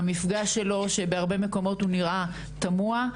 במפגש שבהרבה מקומות נראה תמוה,